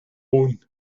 loan